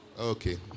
Okay